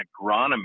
agronomy